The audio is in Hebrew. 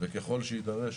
וככל שיידרש,